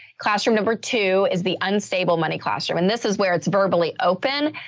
classroom number two is the unstable money classroom. and this is where it's verbally open,